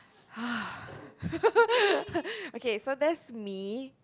okay so there's me